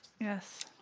Yes